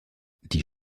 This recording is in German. die